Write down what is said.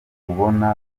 kubona